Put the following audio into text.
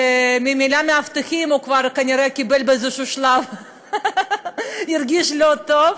שמהמילה "מאבטחים" הוא כבר הרגיש לא טוב.